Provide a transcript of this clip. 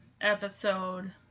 episode